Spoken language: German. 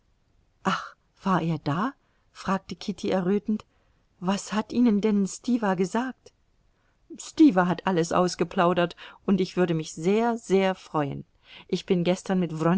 ach war er da fragte kitty errötend was hat ihnen denn stiwa gesagt stiwa hat alles ausgeplaudert und ich würde mich sehr sehr freuen ich bin gestern mit